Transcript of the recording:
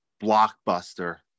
Blockbuster